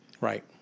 Right